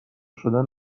شدن